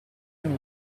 non